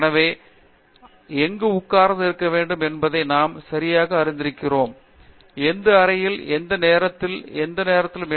எனவே எங்கு உட்கார்ந்து இருக்க வேண்டும் என்பதை நாம் சரியாக அறிந்திருக்கிறோம் எந்த அறையில் எந்த நேரத்திலும் எந்த நேரத்திலும்